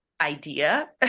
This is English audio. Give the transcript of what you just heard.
idea